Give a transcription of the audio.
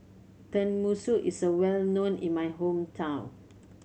tenmusu is well known in my hometown